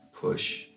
push